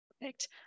Perfect